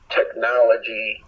technology